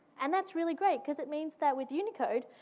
and that's really great, because it means that with unicode,